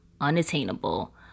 unattainable